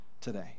today